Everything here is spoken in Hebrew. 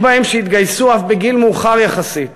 היו בהם שהתגייסו אף בגיל מאוחר יחסית,